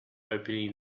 opening